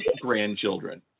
grandchildren